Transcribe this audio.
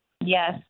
Yes